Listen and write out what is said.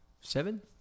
Seven